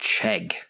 Chegg